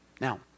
Now